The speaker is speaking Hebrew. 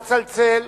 נא לצלצל.